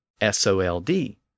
S-O-L-D